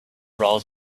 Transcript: roles